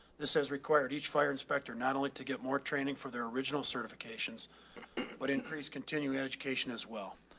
this has required each fire inspector not only to get more training for their original certifications but increased continuing education as well.